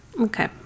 Okay